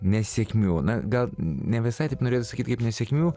nesėkmių na gal ne visai taip norėjau sakyt kaip nesėkmių